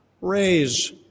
raise